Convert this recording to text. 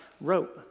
wrote